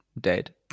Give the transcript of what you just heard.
dead